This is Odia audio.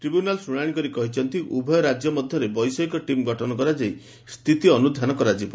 ଟିବ୍ୟୁନାଲ୍ ଶୁଣାଣି କରି କହିଛନ୍ତି ଉଭୟ ରାଜ୍ୟ ମଧରେ ବୈଷୟିକ ଟିମ୍ ଗଠନ କରାଯାଇ ସ୍ଥିତି ଅନୁଧ୍ରାନ କରାଯିବ